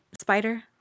spider